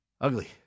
Ugly